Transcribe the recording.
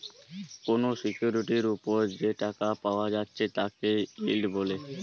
কোনো সিকিউরিটির উপর যে টাকা পায়া যাচ্ছে তাকে ইল্ড বলে